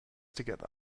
together